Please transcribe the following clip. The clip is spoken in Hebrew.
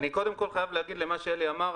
אני, קודם כל, חייב להגיב למה שאלי אמר.